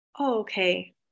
okay